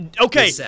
Okay